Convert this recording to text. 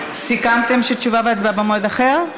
סיכמתם שתשובה במועד אחר?